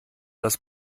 das